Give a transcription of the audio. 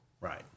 Right